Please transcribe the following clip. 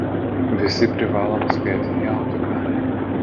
visi privalom spėti į autiką